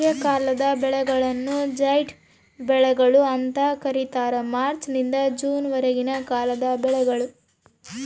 ಬೇಸಿಗೆಕಾಲದ ಬೆಳೆಗಳನ್ನು ಜೈಡ್ ಬೆಳೆಗಳು ಅಂತ ಕರೀತಾರ ಮಾರ್ಚ್ ನಿಂದ ಜೂನ್ ವರೆಗಿನ ಕಾಲದ ಬೆಳೆಗಳು